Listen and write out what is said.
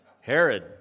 Herod